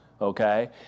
Okay